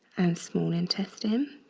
and small intestine.